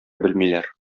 белмиләр